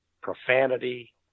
profanity